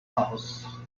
house